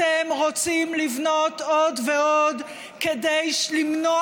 אתם רוצים לבנות עוד ועוד כדי למנוע